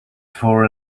for